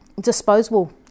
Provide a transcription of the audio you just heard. disposable